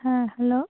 হ্যাঁ হ্যালো